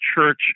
Church